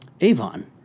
Avon